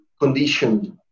conditioned